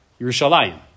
Yerushalayim